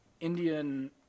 Indian